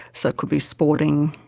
so it could be sporting,